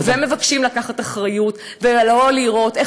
ומבקשים לקחת אחריות ולא לראות,